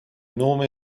nome